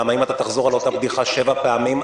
למה אם תחזור על אותה בדיחה שבע פעמים,